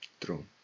True